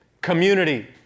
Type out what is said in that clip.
community